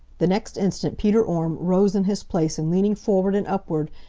the next instant peter orme rose in his place and leaning forward and upward,